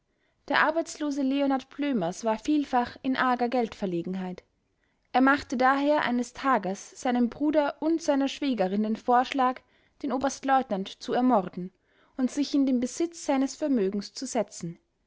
der arbeitslose leonard blömers war vielfach in arger geldverlegenheit er machte daher eines tages seinem bruder und seiner schwägerin den vorschlag den oberstleutnant zu ermorden und sich in den besitz seines vermögens zu setzen